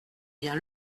bien